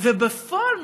ובפועל,